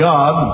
God